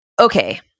okay